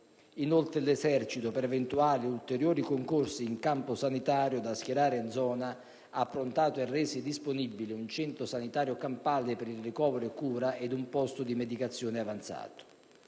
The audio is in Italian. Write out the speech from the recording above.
Inoltre, l'Esercito, per eventuali ulteriori concorsi in campo sanitario da schierare in zona, ha approntato e resi disponibili un centro sanitario campale per il ricovero e cura ed un posto di medicazione avanzato.